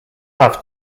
have